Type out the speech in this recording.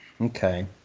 Okay